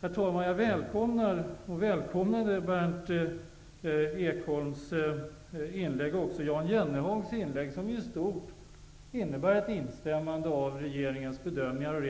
Herr talman! Jag välkomnar Berndt Ekholms och också Jan Jennehags inlägg, som i stort innebär ett instämmande i regeringens bedömningar och